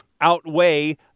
outweigh